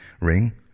ring